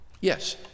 Yes